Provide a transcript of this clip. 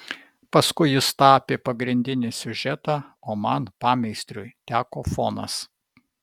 paskui jis tapė pagrindinį siužetą o man pameistriui teko fonas